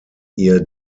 ihr